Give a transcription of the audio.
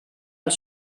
els